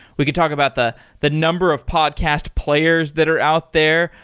we could talk about the the number of podcast players that are out there.